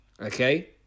Okay